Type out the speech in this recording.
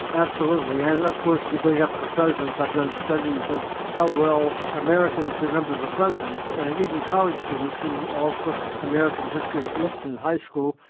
absolutely, and of course you could bring up the presidents. i've done studies of how well americans remember the presidents, and even college students who all took american history, at least in high school,